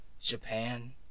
Japan